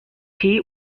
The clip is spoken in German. tee